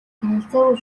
танилцаагүй